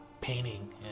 painting